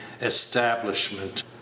establishment